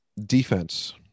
Defense